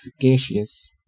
efficacious